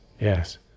yes